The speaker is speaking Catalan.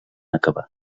acabar